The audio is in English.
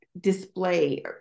display